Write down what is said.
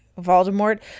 Voldemort